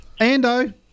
Ando